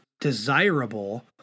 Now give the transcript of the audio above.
desirable